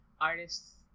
artists